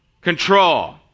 control